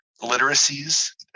literacies